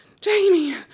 Jamie